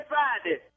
Friday